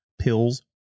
pills